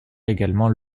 également